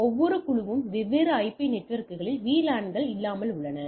எனவே ஒவ்வொரு குழுவும் வெவ்வேறு ஐபி நெட்வொர்க்குகளில் VLAN கள் இல்லாமல் உள்ளன